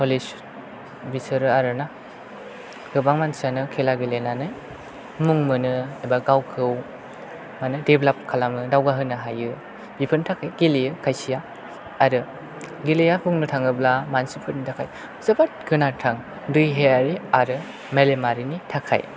बिसोरो आरो ना गोबां मानसियानो खेला गेलेनानै मुं मोनो एबा गावखौ माने डेभलप्त खालामो दावगाहोनो हायो बिफोरनि थाखाय गेलेयो खायसेया आरो गेलेया बुंनो थाङोब्ला मानसिफोरनि थाखाय जोबोद गोनांथार देहायारि आरो मेलेमारिनि थाखाय